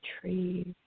trees